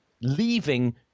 leaving